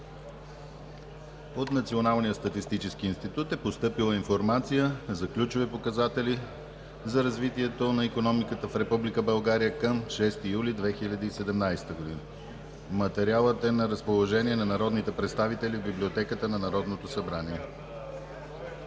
От Националния статистически институт е постъпила „Информация за ключови показатели за развитието на икономиката в Република България към 6 юли 2017 г.“. Материалът е на разположение на народните представители в Библиотеката на Народното събрание.